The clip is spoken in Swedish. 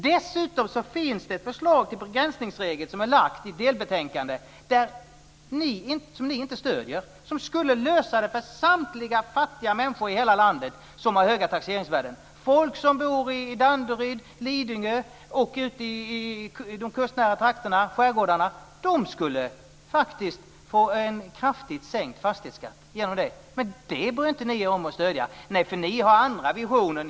Dessutom finns det ett förslag till begränsningsregel som är lagt fram i delbetänkandet som ni inte stöder men som skulle lösa detta för samtliga fattiga människor i hela landet som har höga taxeringsvärden - folk som bor i Danderyd, Lidingö och ute i de kustnära trakterna, skärgårdarna. De skulle faktiskt få en kraftigt sänkt fastighetsskatt genom det. Men det bryr ni er om att stödja. Ni har andra visioner.